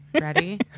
ready